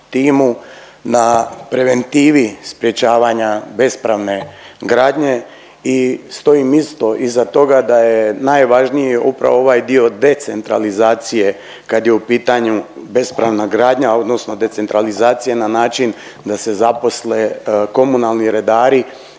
na preventivi sprječavanja bespravne gradnje i stojim isto iza toga da je najvažnije upravo ovaj dio decentralizacije kad je u pitanju bespravna gradnja odnosno decentralizacije na način da se zaposle komunalni redari